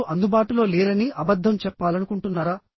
మీరు అందుబాటులో లేరని అబద్ధం చెప్పాలనుకుంటున్నారా